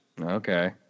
Okay